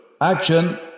Action